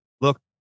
look